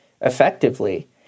effectively